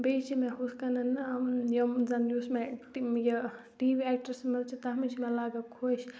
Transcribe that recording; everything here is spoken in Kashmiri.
بیٚیہِ چھِ مےٚ ہُتھ کَنۍ یِم زَن یُس مےٚ اٮ۪کٹِںٛگ یہِ ٹی وی اٮ۪کٹرٛٮ۪س منٛز چھِ تَتھ منٛز چھِ مےٚ لَگان خۄش